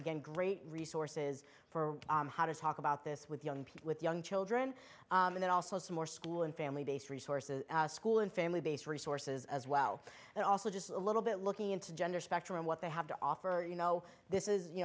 again great resources for how to talk about this with young people with young children and then also some more school and family based resources school and family based resources as well and also just a little bit looking into gender spectrum what they have to offer or you know this is you